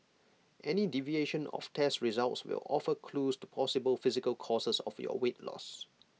any deviation of test results will offer clues to possible physical causes of your weight loss